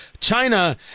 China